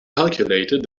calculated